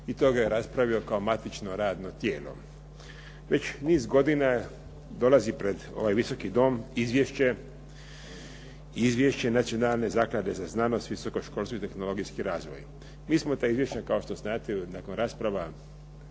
i to ga je raspravio kao matično radno tijelo. Već niz godina dolazi pred ova Visoki dom izvješće Nacionalne zaklade za znanost, visoko školstvo i tehnologijski razvoj. Mi smo ta izvješća, kao što znate nakon rasprava